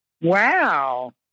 Wow